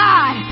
God